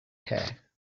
hair